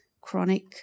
chronic